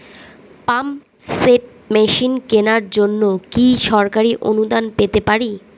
Pump set machine কেনার জন্য কি সরকারি অনুদান পেতে পারি?